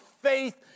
faith